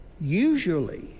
Usually